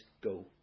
go